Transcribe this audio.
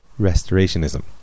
restorationism